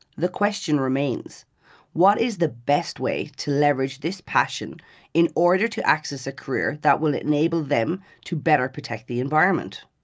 the question remains what is the best way to leverage this passion in order to access a career that will enable them to better protect the environment?